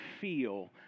feel